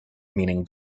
meaning